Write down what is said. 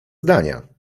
zdania